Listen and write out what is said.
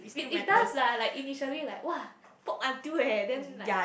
it it does lah like initially like !wah! poke until eh then like